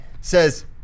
says